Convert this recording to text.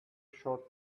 short